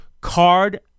card